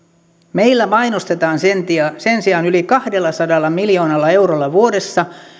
meillä mainostetaan sen sijaan yli kahdellasadalla miljoonalla eurolla vuodessa